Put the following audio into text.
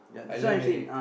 I learn already